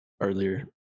earlier